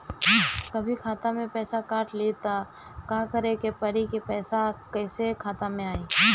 कभी खाता से पैसा काट लि त का करे के पड़ी कि पैसा कईसे खाता मे आई?